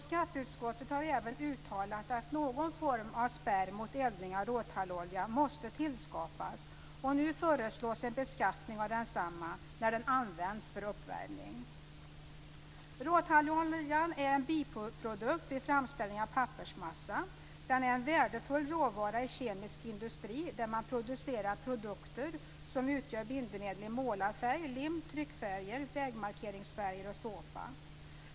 Skatteutskottet har även uttalat att någon form av spärr mot eldning av råtallolja måste tillskapas. Nu föreslås en beskattning av densamma när den används för uppvärmning. Råtallolja är en biprodukt vid framställning av pappersmassa. Den är en värdefull råvara i kemisk industri, där man producerar produkter som utgör bindemedel i målarfärg, lim, tryckfärger, vägmarkeringsfärger och såpa.